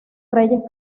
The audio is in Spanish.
reyes